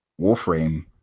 Warframe